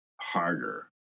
harder